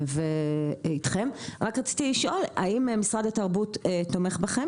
רק רציתי לשאול את התיאטרון האם משרד התרבות תומך בכם